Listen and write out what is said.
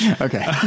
Okay